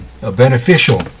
beneficial